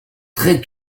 très